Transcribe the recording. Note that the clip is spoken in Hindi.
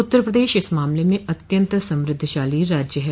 उत्तर प्रदेश इस मामले में अत्यन्त समृद्धशाली राज्य है